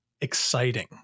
exciting